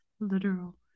Literal